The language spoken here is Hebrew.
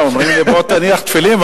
לא, אומרים לי: בוא תניח תפילין.